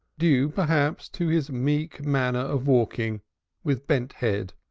due, perhaps, to his meek manner of walking with bent head,